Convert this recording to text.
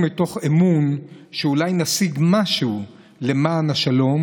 מתוך אמון שאולי נשיג משהו למען השלום